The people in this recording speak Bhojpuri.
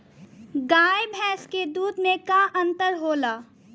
गाय भैंस के दूध में का अन्तर होला?